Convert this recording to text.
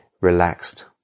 relaxed